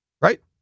Right